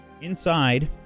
Inside